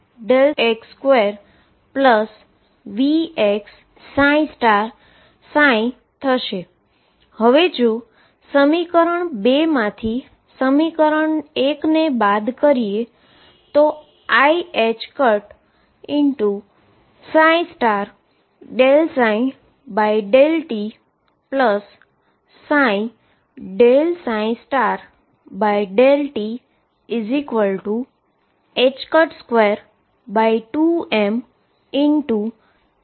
હવે જો સમીકરણ 2 માંથી સમીકરણ 1 ને બાદ કરીએ તો iℏ∂ψ ∂tψ∂t22m2x2 2x2 મળે છે